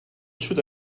should